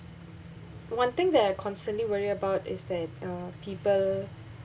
one thing that I constantly worry about is that uh people